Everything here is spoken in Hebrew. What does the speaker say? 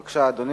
בבקשה, אדוני,